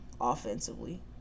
offensively